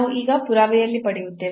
ನಾವು ಈಗ ಪುರಾವೆಯಲ್ಲಿ ಪಡೆಯುತ್ತೇವೆ